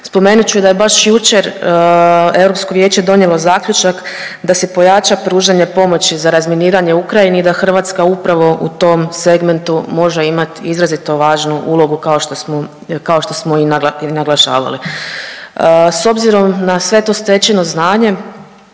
Spomenut ću da je baš jučer Europsko vijeće donijelo zaključak da se pojača pružanje pomoći za razminiranje u Ukrajini i da Hrvatska upravo u tom segmentu može imat izrazito važnu ulogu, kao što smo, kao što smo i naglašavali. S obzirom na sve to stečeno znanje